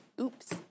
Oops